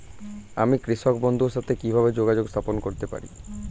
আমি কৃষক বন্ধুর সাথে কিভাবে যোগাযোগ স্থাপন করতে পারি?